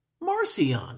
Marcion